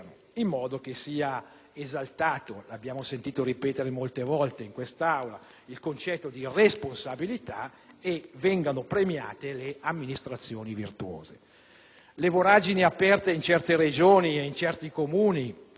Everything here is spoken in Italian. in modo che sia esaltato - lo abbiamo sentito ripetere molte volte in quest'Aula - il concetto di responsabilità e vengano premiate le amministrazioni virtuose. Le voragini aperte in alcune Regioni e Comuni